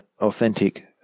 authentic